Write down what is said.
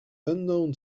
unknown